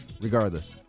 regardless